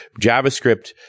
JavaScript